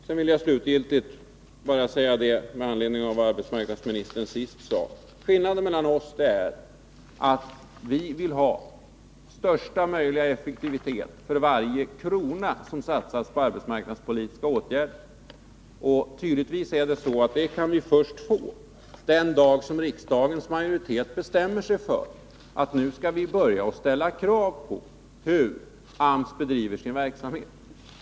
Sedan vill jag bara framhålla, med anledning av vad arbetsmarknadsministern senast sade, att skillnaden mellan oss är att vi vill ha största möjliga effektivitet för varje krona som satsas på arbetsmarknadspolitiska åtgärder. Det är tydligen så, att vi kan få detta först den dag som riksdagens majoritet bestämmer sig för att vi skall börja ställa krav när det gäller hur AMS bedriver sin verksamhet.